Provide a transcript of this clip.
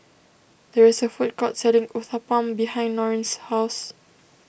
there is a food court selling Uthapam behind Norine's house